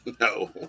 No